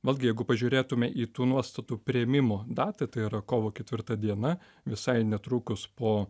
vėlgi jeigu pažiūrėtume į tų nuostatų priėmimo datą tai yra kovo ketvirta diena visai netrukus po